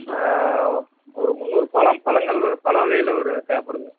ஒரு முந்நூறு பழம் பழங்கள் பழவகையில ஒரு தேவைப்படுது